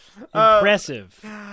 Impressive